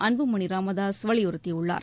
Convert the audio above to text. அன்புமணி ராமதாஸ் வலியுறுத்தியுள்ளார்